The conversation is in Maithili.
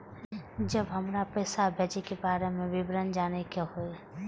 जब हमरा पैसा भेजय के बारे में विवरण जानय के होय?